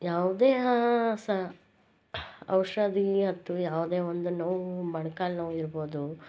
ಯಾವುದೇ ಸ ಔಷಧಿ ಅಥ್ವ ಯಾವುದೇ ಒಂದು ನೋವೂ ಮೊಣ್ಕಾಲು ನೋವಿರ್ಬೋದು